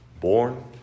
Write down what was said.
Born